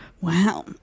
Wow